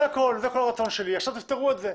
זה כל הרצון שלי ועכשיו תפתרו את זה..